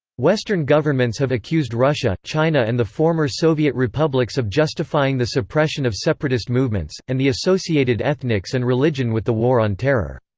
western governments have accused russia, china and the former soviet republics of justifying the suppression of separatist movements, and the associated ethnics and religion with the war on terror.